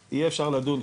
אז יהיה אפשר לדון.